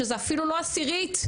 שזה אפילו לא עשירית,